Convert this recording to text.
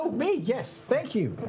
me, yes! thank you.